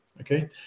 okay